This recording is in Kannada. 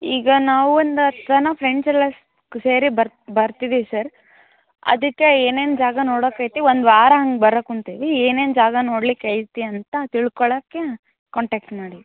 ಈಗ ನಾವು ಒಂದು ಹತ್ತು ಜನ ಫ್ರೆಂಡ್ಸೆಲ್ಲ ಸೇರಿ ಬರ್ ಬರ್ತಿದ್ದೀವಿ ಸರ್ ಅದಕ್ಕೆ ಏನೇನು ಜಾಗ ನೋಡೋಕ್ಕೈತಿ ಒಂದು ವಾರ ಹಂಗೆ ಬರಕುಂತೇವಿ ಏನೇನು ಜಾಗ ನೋಡಲಿಕ್ಕೈತಿ ಅಂತ ತಿಳ್ಕೊಳ್ಳೋಕ್ಕೆ ಕಾಂಟ್ಯಾಕ್ಟ್ ಮಾಡೀವಿ